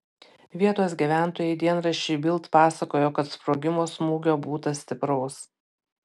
vietos gyventojai dienraščiui bild pasakojo kad sprogimo smūgio būta stipraus